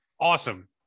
awesome